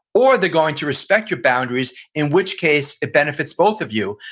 or they're going to respect your boundaries, in which case it benefits both of you,